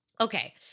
Okay